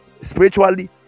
spiritually